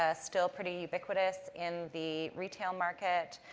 ah still pretty ubiquitous in the retail market.